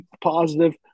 positive